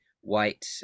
white